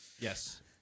Yes